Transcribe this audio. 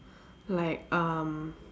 like um